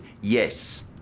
yes